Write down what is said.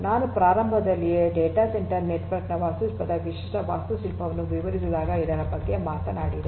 ನಾನು ಪ್ರಾರಂಭದಲ್ಲಿಯೇ data centre network ನ ವಾಸ್ತುಶಿಲ್ಪದ ವಿಶಿಷ್ಟ ವಾಸ್ತುಶಿಲ್ಪವನ್ನು ವಿವರಿಸಿದಾಗ ಇದರ ಬಗ್ಗೆ ಮಾತನಾಡಿದೆ